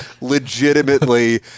legitimately